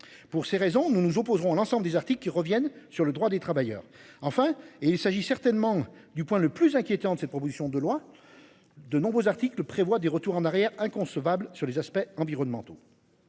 pour ces raisons nous nous opposerons à l'ensemble des articles qui reviennent sur le droit des travailleurs enfin et il s'agit certainement du point le plus inquiétant de cette proposition de loi. De nombreux articles prévoient des retours en arrière inconcevable sur les aspects environnementaux.